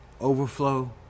overflow